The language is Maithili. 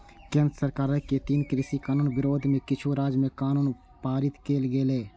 केंद्र सरकारक तीनू कृषि कानून विरोध मे किछु राज्य मे कानून पारित कैल गेलै